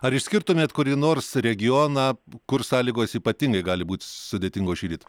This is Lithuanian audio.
ar išskirtumėt kurį nors regioną kur sąlygos ypatingai gali būt sudėtingos šįryt